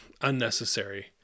unnecessary